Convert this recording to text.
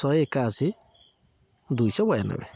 ଶହେ ଏକାଅଶୀ ଦୁଇଶହ ବୟାନବେ